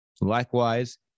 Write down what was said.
Likewise